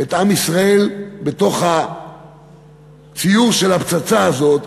את עם ישראל בתוך הציור של הפצצה הזאת,